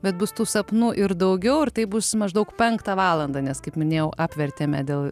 bet bus tų sapnų ir daugiau ir taip bus maždaug penktą valandą nes kaip minėjau apvertėme dėl